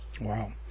Wow